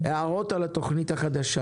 הערות על התכנית החדשה